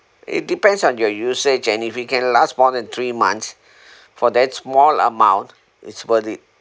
it depends on your usage and if it can last more than three months for that small amount it's worth it